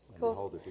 Cool